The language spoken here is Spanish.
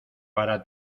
para